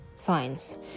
signs